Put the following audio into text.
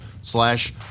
slash